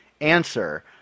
answer